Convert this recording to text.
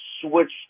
switched